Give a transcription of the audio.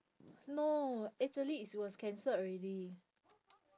no actually it was cancelled already